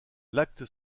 l’acte